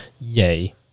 Yay